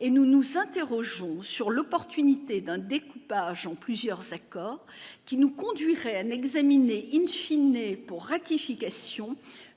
et nous nous interrogeons sur l'opportunité d'un découpage en plusieurs accords qui nous conduirait à n'examiner in fine et pour ratification